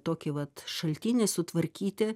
tokį vat šaltinį sutvarkyti